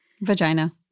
Vagina